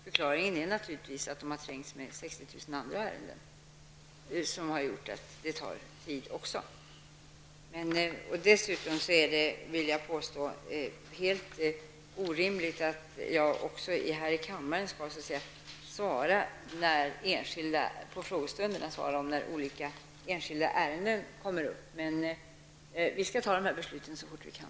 Förklaringen är naturligtvis att dessa ärenden har trängts med 60 000 andra ärenden. Dessutom vill jag påstå att det är helt orimligt att jag här i kammaren under frågestunderna skall tala om när enskilda ärenden kommer upp. Men vi skall fatta dessa beslut så fort vi kan.